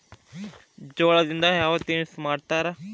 ಜೋಳದಿಂದ ಯಾವ ತಿನಸು ಮಾಡತಾರ?